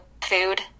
food